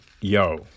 yo